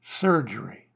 Surgery